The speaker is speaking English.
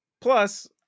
plus